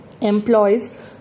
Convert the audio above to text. Employees